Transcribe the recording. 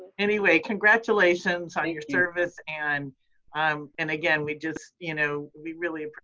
anyway, congratulations on your service. and um and again, we just you know, we really,